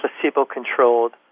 placebo-controlled